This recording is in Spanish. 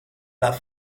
las